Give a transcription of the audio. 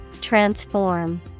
Transform